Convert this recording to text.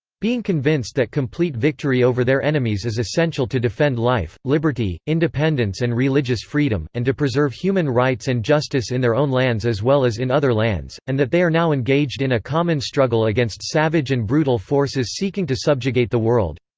being convinced that complete victory over their enemies is essential to defend life, liberty, independence and religious freedom, and to preserve human rights and justice in their own lands as well as in other lands, and that they are now engaged in a common struggle against savage and brutal forces seeking to subjugate the world,